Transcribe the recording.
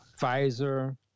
Pfizer